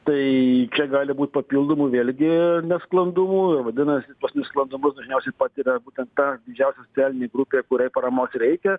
tai čia gali būt papildomų vėlgi nesklandumų ir vadinas nesklandumus dažniausiai patiria būtent ta didžiausia socialinė grupė kuriai paramos reikia